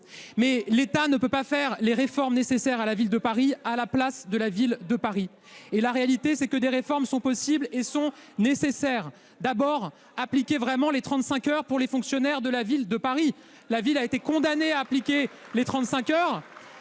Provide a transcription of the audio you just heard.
l'État ne peut pas faire les réformes nécessaires à la Ville de Paris à la place de la Ville de Paris. La réalité, c'est que des réformes sont possibles et nécessaires. D'abord, appliquer strictement les 35 heures aux fonctionnaires de la Ville de Paris. Alors que la Ville a été condamnée à appliquer les 35 heures,